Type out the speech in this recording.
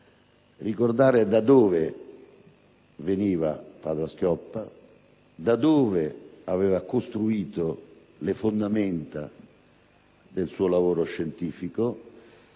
ricordare da dove veniva Padoa-Schioppa, da dove aveva costruito le fondamenta del suo lavoro scientifico